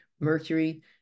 Mercury